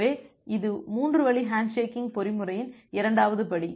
எனவே இது 3 வழி ஹேண்ட்ஷேக்கிங் பொறிமுறையின் இரண்டாவது படி